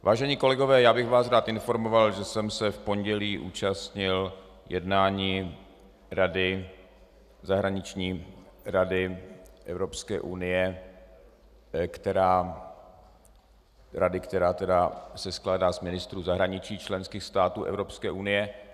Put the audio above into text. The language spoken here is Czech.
Vážení kolegové, já bych vás rád informoval, že jsem se v pondělí účastnil jednání rady, zahraniční rady Evropské unie, která se skládá z ministrů zahraničí členských států Evropské unie.